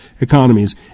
economies